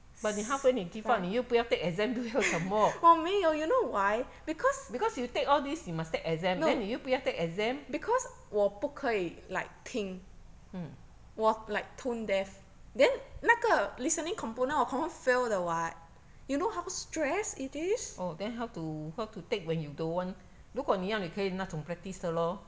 but 你 halfway 你 give up 你又不要 take exam 不要什么 because you take all these you must take exam then 你又不要 take exam mm oh then how to how to take when you don't want 如果你要你可以那种 practice 的 lor